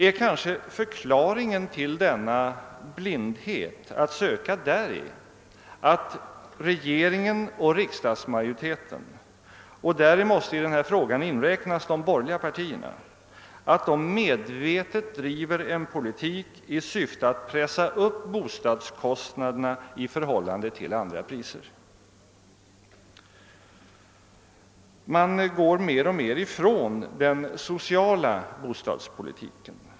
Är kanske förklaringen till denna blindhet att söka däri, att regeringen och riksdagsmajoriteten — och däri måste man i denna fråga inräkna de borgerliga partierna — medvetet driver en politik i syfte att pressa upp bo stadskostnaderna i förhållande till andra priser? Man går mer och mer ifrån den sociala bostadspolitiken.